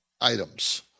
items